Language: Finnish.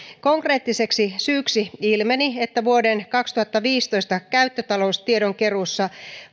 konkreettiseksi syyksi ilmeni että vuoden kaksituhattaviisitoista käyttötaloustiedon keruussa